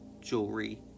jewelry